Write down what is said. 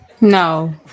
No